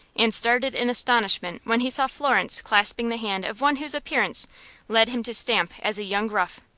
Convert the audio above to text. and started in astonishment when he saw florence clasping the hand of one whose appearance led him to stamp as a young rough.